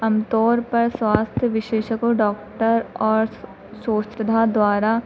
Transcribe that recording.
अमतौर पर स्वास्थ्य विशेषकों डॉक्टर और संस्था द्वारा